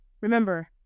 Remember